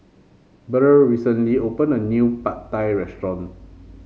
Burr recently open a new Pad Thai restaurant